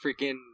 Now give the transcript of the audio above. freaking